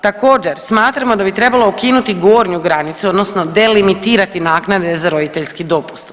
Također, smatramo da bi trebalo ukinuti gornju granicu odnosno delimitirati naknade za roditeljski dopust.